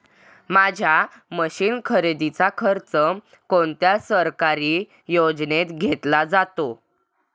माझ्या मशीन खरेदीचा खर्च कोणत्या सरकारी योजनेत घेतला जातो?